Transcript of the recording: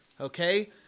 Okay